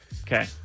Okay